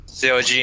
COG